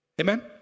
Amen